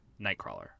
Nightcrawler